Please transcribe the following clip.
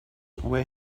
where